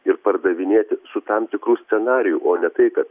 ir pardavinėti su tam tikru scenariju o ne tai kad